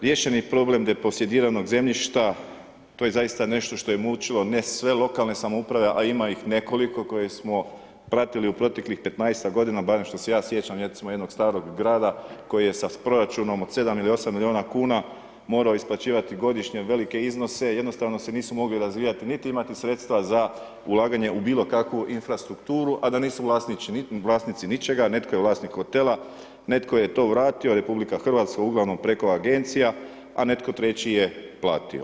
Riješeni problem deposediranog zemljišta, to je zaista nešto što je mučilo ne sve lokalne samouprave a ima ih nekoliko koje smo pratili u proteklih 15-ak godina bar što se ja sjećam, … starog grada koji je sa proračunom od 7 ili 8 milijuna kuna morao isplaćivati godišnje velike iznose, jednostavno se nisu mogli razvijati niti imati sredstva za ulaganju u bilokakvu infrastrukturu a da nisu vlasnici ničega, netko je vlasnik hotela, netko je to vratio, RH uglavnom preko agencija a netko treći je platio.